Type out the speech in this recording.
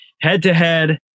head-to-head